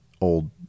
old